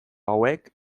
hauek